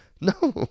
No